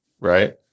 right